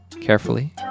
Carefully